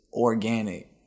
organic